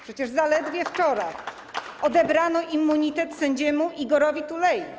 Przecież zaledwie wczoraj odebrano immunitet sędziemu Igorowi Tulei.